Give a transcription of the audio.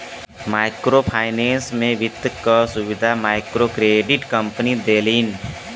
micro finance में वित्त क सुविधा मइक्रोक्रेडिट कम्पनी देलिन